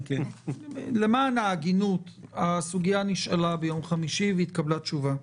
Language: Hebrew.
למען ההגינות הסוגיה נשאלה ביום חמישי והתקבלה תשובה.